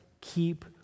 keep